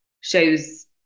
shows